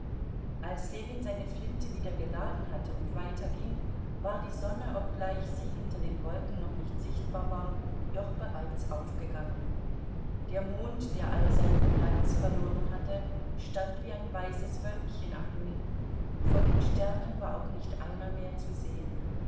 als ljewin seine flinte wieder geladen hatte und weiterging war die sonne obgleich sie hinter den wolken noch nicht sichtbar war doch bereits aufgegangen der mond der all seinen glanz verloren hatte stand wie ein weißes wölkchen am himmel von den sternen war auch nicht einer mehr zu sehen